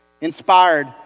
inspired